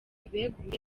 beguye